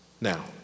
now